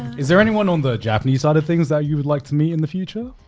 is there anyone on the japanese side of things that you would like to meet in the future?